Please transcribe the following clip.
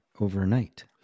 overnight